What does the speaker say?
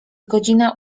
godzina